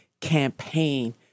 campaign